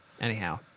Anyhow